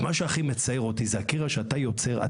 אבל מה שהכי מצער אותי זה הקרע שאתה היום יוצר.